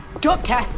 Doctor